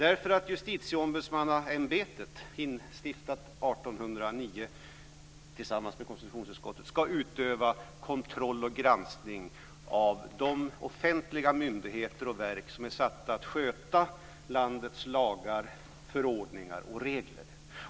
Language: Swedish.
1809 tillsammans med konstitutionsutskottet, ska utöva kontroll och granskning av de offentliga myndigheter och verk som är satta att sköta landets lagar, förordningar och regler.